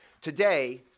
Today